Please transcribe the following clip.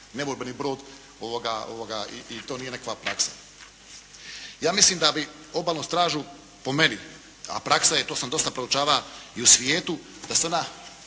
neborbeni brod i to nije nekakva praksa. Ja mislim da bi Obalnu stražu po meni, a praksa je to sam dosta proučavao i u svijetu da se ona